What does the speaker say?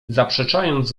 zaprzeczając